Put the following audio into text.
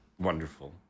Wonderful